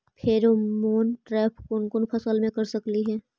Pheromone trap कोन कोन फसल मे कर सकली हे?